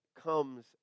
comes